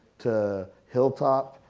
to hilltop,